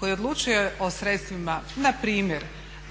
koji odlučuje o sredstvima na primjer